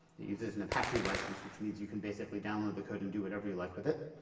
it uses an apache license, which means you can basically download the code and do whatever you like with it.